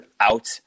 out